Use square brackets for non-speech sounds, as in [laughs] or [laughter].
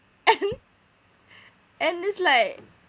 and [laughs] and this like